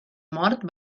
mort